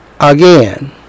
again